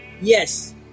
Yes